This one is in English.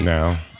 Now